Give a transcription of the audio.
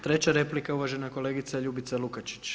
Treća replika uvažena kolegica Ljubica Lukačić.